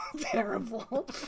Terrible